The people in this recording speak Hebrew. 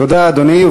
תודה, אדוני.